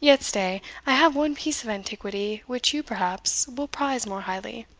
yet stay, i have one piece of antiquity, which you, perhaps, will prize more highly.